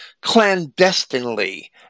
clandestinely